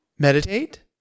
Meditate